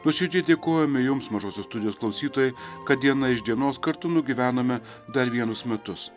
nuoširdžiai dėkojame jums mažosios studijos klausytojai kad diena iš dienos kartu nugyvenome dar vienus metus